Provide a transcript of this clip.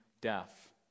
death